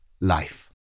life